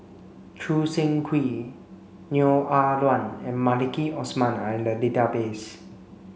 Choo Seng Quee Neo Ah Luan and Maliki Osman are in the database